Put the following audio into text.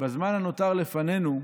בזמן הנותר לפנינו,